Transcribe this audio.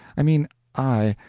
i mean i,